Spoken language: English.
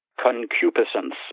concupiscence